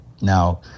Now